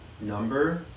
number